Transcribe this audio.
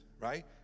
right